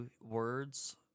words